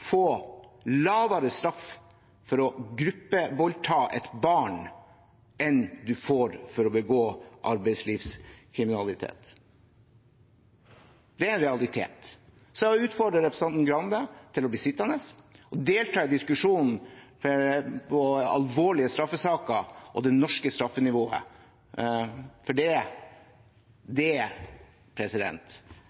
få lavere straff for å gruppevoldta et barn enn du får for å begå arbeidslivskriminalitet. Det er en realitet. Jeg utfordrer representanten Grande til å bli sittende og delta i diskusjonen om alvorlige straffesaker og det norske straffenivået, for der er